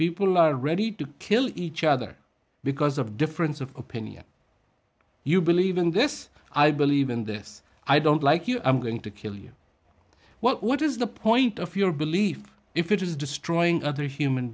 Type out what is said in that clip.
people are ready to kill each other because of difference of opinion you believe in this i believe in this i don't like you i'm going to kill you what is the point of your belief if it is destroying other human